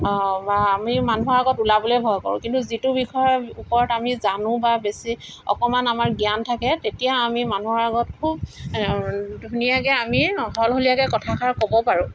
আমি মানুহৰ আগত ওলাবলৈয়ে ভয় কৰোঁ কিন্তু যিটো বিষয়ৰ ওপৰত আমি জানো বা বেছি অকণমান আমাৰ জ্ঞান থাকে তেতিয়া আমি মানুহৰ আগত খুব ধুনীয়াকৈ আমি সলসলীয়াকৈ কথাষাৰ ক'ব পাৰোঁ